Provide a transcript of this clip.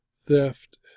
theft